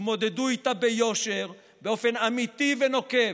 התמודדו איתה ביושר, באופן אמיתי ונוקב,